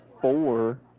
four